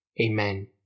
Amen